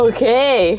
Okay